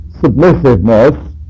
submissiveness